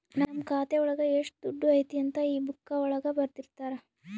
ನಮ್ ಖಾತೆ ಒಳಗ ಎಷ್ಟ್ ದುಡ್ಡು ಐತಿ ಅಂತ ಈ ಬುಕ್ಕಾ ಒಳಗ ಬರ್ದಿರ್ತರ